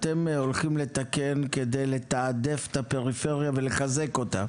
אתם הולכים לתקן כדי לתעדף את הפריפריה ולחזק אותה?